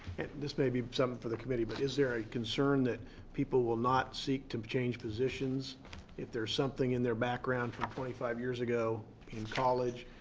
this may be something for the committee, but is there a concern that people will not seek to change positions if there's something in their background from twenty five years ago in college,